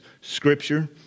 scripture